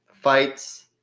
Fights